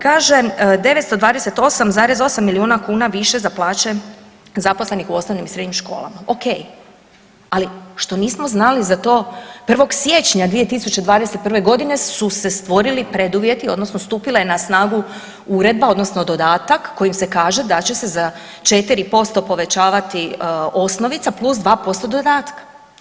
Kaže 928,8 milijuna kuna više za plaće zaposlenih u osnovnim i srednjim školama, ok, ali što nismo znali za to 1. Siječnja 2021.g. su se stvorili preduvjeti odnosno stupila je na snagu uredba odnosno dodatak kojim se kaže da će se za 4% povećavati osnovica plus 2% dodatka.